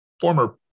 former